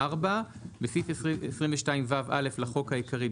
"תיקון סעיף 22ו 4. בסעיף 22ו(א) לחוק העיקרי,